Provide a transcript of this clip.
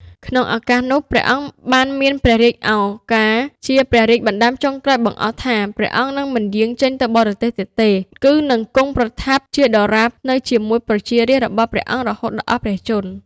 ក្នុងឱកាសនោះ ព្រះអង្គបានមានព្រះរាជឱង្ការ ជាព្រះរាជបណ្ដាំចុងក្រោយបង្អស់ថា ព្រះអង្គនឹងមិនយាងចេញទៅបរទេសទៀតទេ គឺនឹងគង់ប្រថាប់ជាដរាបនៅជាមួយប្រជារាស្ត្ររបស់ព្រះអង្គរហូតដល់អស់ព្រះជន្ម។